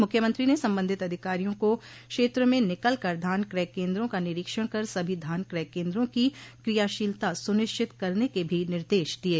मुख्यमंत्री ने संबंधित अधिकारियों को क्षेत्र में निकल कर धान क्रय केन्द्रों का निरीक्षण कर सभी धान क्रय केन्द्रों की क्रियाशीलता सुनिश्चित करने के भी निर्देश दिये